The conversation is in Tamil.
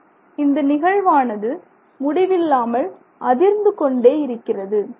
மற்றும் இந்த நிகழ்வானது முடிவில்லாமல் அதிர்ந்து கொண்டே இருக்கிறது